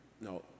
no